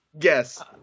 Yes